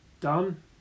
done